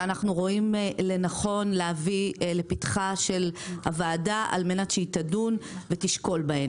שאנחנו רואים לנכון להביא לפתחה של הוועדה על-מנת שהיא תדון ותשקול בהן.